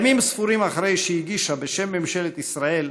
ימים ספורים אחרי שהגישה בשם ממשלת ישראל